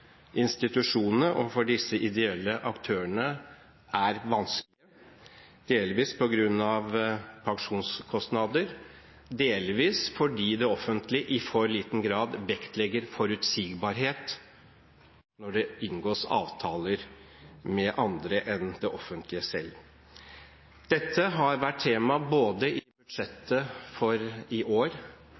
institusjonene og for disse ideelle aktørene er vanskelig, delvis på grunn av pensjonskostnader, delvis fordi det offentlige i for liten grad vektlegger forutsigbarhet når det inngås avtaler med andre enn det offentlige selv. Dette har vært tema i budsjettet både for i år